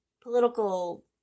political